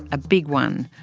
a big one.